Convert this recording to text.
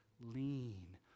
lean